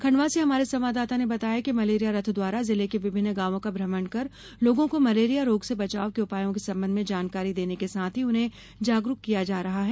खंडवा से हमारे संवाददाता ने बताया कि मलेरिया रथ द्वारा जिले के विभिन्न गांवों का भ्रमण कर लोगों को मलेरिया रोग से बचाव के उपायों के संबंध में जानकारी देने के साथ ही उन्हें जागरूक किया जा रहा है